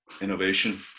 innovation